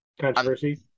controversy